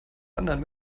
anderen